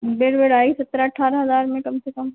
bed वेड आएगा सत्रह अट्ठारह हज़ार में कम से कम